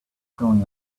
going